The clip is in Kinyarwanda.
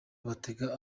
batega